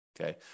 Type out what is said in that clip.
okay